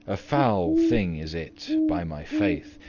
a foul thing is it, by my faith,